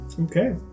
Okay